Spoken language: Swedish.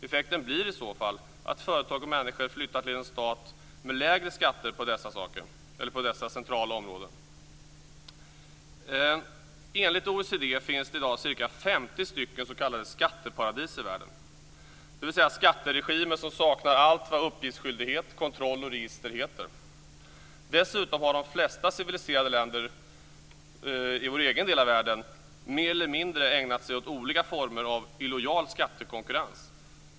Effekten blir i så fall att företag och människor flyttar till en stat med lägre skatter på dessa centrala områden. Enligt OECD finns det i dag ca 50 s.k. skatteparadis i världen, dvs. skatteregimer som saknar allt vad uppgiftsskyldighet, kontroll och register heter. Dessutom har de flesta civiliserade länder i vår egen del av världen mer eller mindre ägnat sig åt olika former av illojal skattekonkurrens.